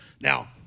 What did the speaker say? Now